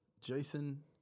Jason